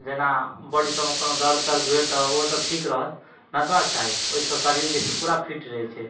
जेना बॉडी सबमे कोनो दर्द तर्द भेल तऽ ओ सब ठीक रहल नचबाक चाही ओइसँ शरीर जे छै पूरा फिट रहय छै